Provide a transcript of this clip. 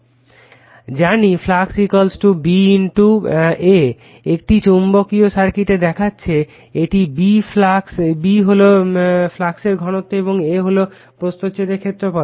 জানি flux B A একটি চৌম্বকীয় সার্কিটে দেখেছে এটি B হল ফ্লাক্সের ঘনত্ব এবং A হল প্রস্থছেদের ক্ষেত্রফল